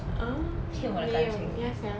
oh 没有 ya sia